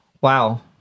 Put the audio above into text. wow